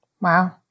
Wow